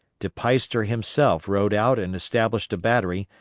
de peyster himself rode out and established a battery,